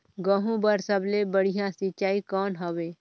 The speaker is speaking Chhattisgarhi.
गहूं बर सबले बढ़िया सिंचाई कौन हवय?